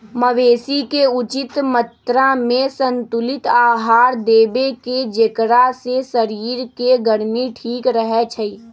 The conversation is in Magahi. मवेशी के उचित मत्रामें संतुलित आहार देबेकेँ जेकरा से शरीर के गर्मी ठीक रहै छइ